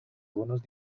unos